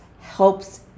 helps